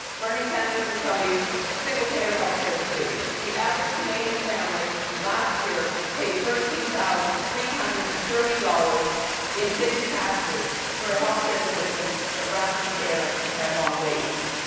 bernie sanders will tell you single-payer healthcare is free. the average canadian family, last year, paid thirteen thousand three hundred and thirty dollars in hidden taxes for a healthcare system that rationed care and had long waits.